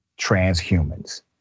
transhumans